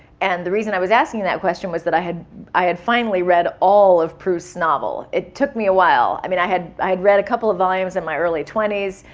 and the reason i was asking that question was that i had i had finally read all of proust's novels. it took me a while. i mean, i had i had read a couple of volumes in my early twenty s.